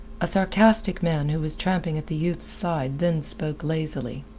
a sarcastic man who was tramping at the youth's side, then spoke lazily.